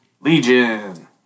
Legion